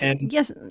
Yes